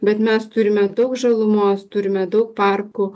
bet mes turime daug žalumos turime daug parkų